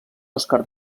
oscar